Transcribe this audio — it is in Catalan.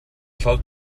sol